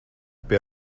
pie